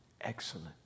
excellent